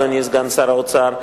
אדוני סגן שר האוצר,